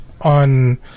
on